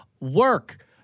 work